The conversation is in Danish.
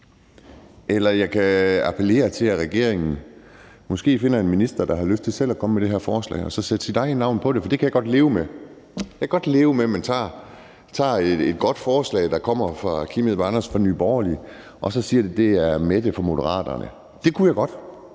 eller jeg kan appellere til, at regeringen måske finder en minister, der har lyst til selv at komme med det her forslag og så sætte sit eget navn på det. For det kan jeg godt leve med. Jeg kan godt leve med, at man tager et godt forslag, der kommer fra Kim Edberg Andersen fra Nye Borgerlige og så siger, at det er Mette fra Moderaterne. Det kunne jeg godt.